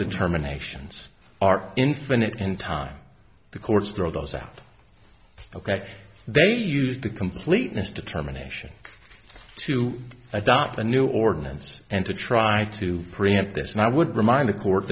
determinations are infinite in time the courts throw those out ok they used the completeness determination to adopt the new ordinance and to try to preempt this and i would remind the co